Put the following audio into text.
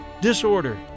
Disorder